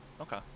Okay